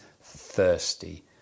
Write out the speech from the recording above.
thirsty